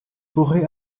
pourrait